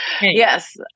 Yes